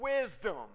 Wisdom